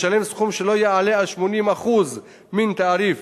ישלם סכום שלא יעלה על 80% מן התעריף